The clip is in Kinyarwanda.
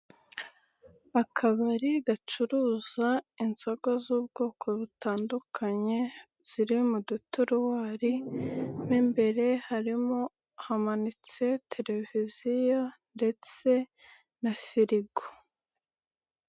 Akabari gacuruza inzoga z'ubwoko butandukanye, ziri mu duturuwari mo imbere harimo hamanitse televiziyo ndetse na ferigo.